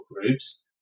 groups